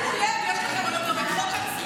שימו לב, הלוא יש לכם גם את חוק צלילה.